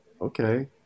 okay